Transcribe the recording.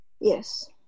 yes